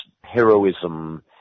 heroism